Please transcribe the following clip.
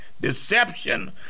deception